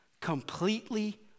completely